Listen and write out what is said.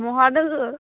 महा दङ